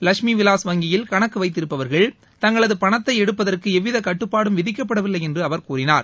லஷ்மி விலாஸ் வங்கியில் கணக்கு வைத்திருப்பவர்கள் தங்களது பணத்தை எடுப்பதற்கு எவ்வித கட்டுப்பாடும் விதிக்கப்படவில்லை என்று அவர் கூறினார்